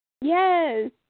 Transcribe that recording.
Yes